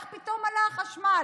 איך פתאום עלה החשמל?